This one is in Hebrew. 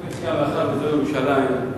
מאחר שזו ירושלים,